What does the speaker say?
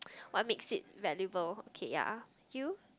what makes it valuable okay ya you